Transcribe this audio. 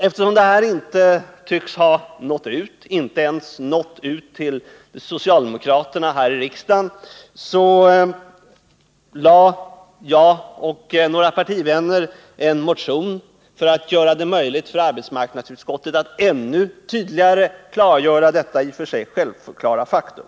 Eftersom detta inte ens tycktes ha nått ut till socialdemokraterna här i riksdagen, väckte jag och några partivänner en motion för att göra det möjligt för arbetsmarknadsutskottet att ännu tydligare klargöra detta i och för sig självklara faktum.